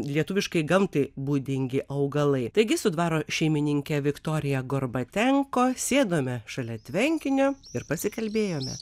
lietuviškai gamtai būdingi augalai taigi su dvaro šeimininke viktorija gorbatenko sėdome šalia tvenkinio ir pasikalbėjome